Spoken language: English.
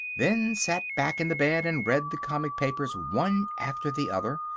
then sat back in the bed and read the comic papers one after the other.